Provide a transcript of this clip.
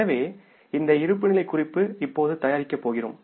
எனவே இந்த இருப்புநிலைகுறிப்பு இப்போது தயாரிக்கப் போகிறோம்